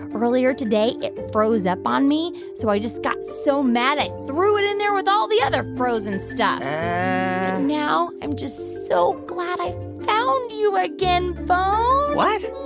earlier today, it froze up on me, so i just got so mad i threw it in there with all the other frozen stuff. but now i'm just so glad i found you again, phone. what.